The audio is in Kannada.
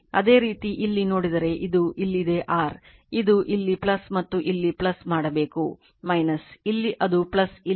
ಅದೇ ರೀತಿ ಇಲ್ಲಿ ನೋಡಿದರೆ ಅದು ಇಲ್ಲಿದೆ r ಇದು ಇಲ್ಲಿ ಮತ್ತು ಇಲ್ಲಿ ಮಾಡಬೇಕು ಇಲ್ಲಿ ಅದು ಇಲ್ಲಿದೆ ಆದ್ದರಿಂದ